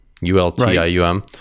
U-L-T-I-U-M